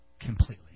completely